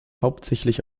hauptsächlich